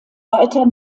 weiter